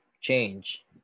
change